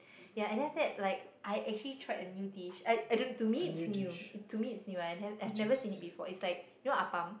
ya and then after that like I actually tried a new dish I I don't know to me it's new to me it's new I've I've never seen it before it's like you know appam